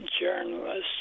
journalists